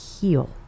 heal